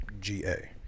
GA